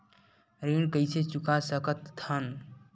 ऋण कइसे चुका सकत हन?